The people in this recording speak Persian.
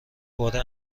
باره